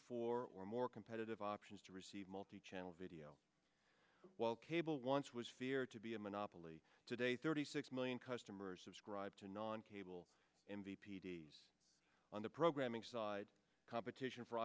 four or more competitive options to receive multichannel video while cable once was feared to be a monopoly today thirty six million customers of scribes to non cable m v p days on the programming side competition for